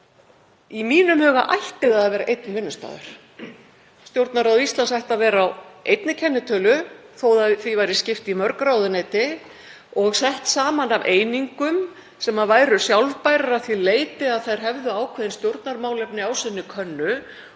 Í mínum huga ætti það að vera einn vinnustaður. Stjórnarráð Íslands ætti að vera á einni kennitölu þó að því væri skipt í mörg ráðuneyti, og sett saman af einingum sem væru sjálfbærar að því leyti að þær hefðu ákveðin stjórnarmálefni á sinni könnu.